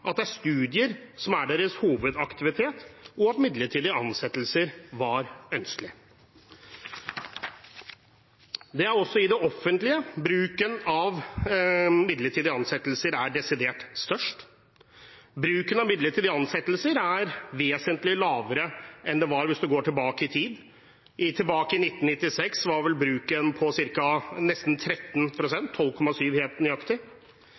at det er studier som er deres hovedaktivitet, og at midlertidig ansettelse var ønskelig. Det er i det offentlige bruken av midlertidige ansettelser er desidert størst. Bruken av midlertidige ansettelser er vesentlig lavere enn den var tilbake i tid. I 1996 var bruken på